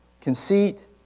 conceit